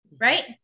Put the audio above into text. right